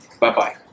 Bye-bye